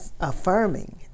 affirming